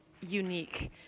unique